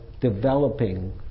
developing